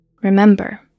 Remember